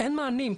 אין מענים,